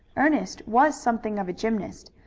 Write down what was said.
ernest was something of a gymnast,